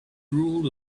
rule